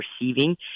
receiving